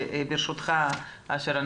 ברשותך אשר,